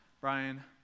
Brian